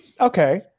Okay